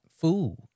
food